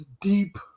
deep